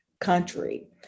country